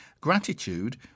Gratitude